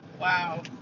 Wow